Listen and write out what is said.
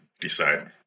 decide